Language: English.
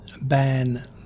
ban